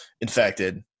infected